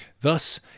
Thus